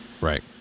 Right